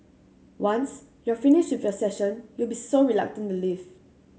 once you're finished with your session you'll be so reluctant to leave